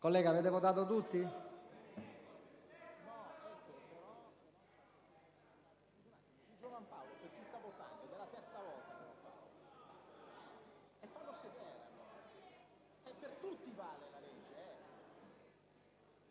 Colleghi, avete votato tutti?